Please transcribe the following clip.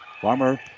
Farmer